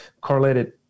correlated